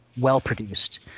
well-produced